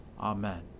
Amen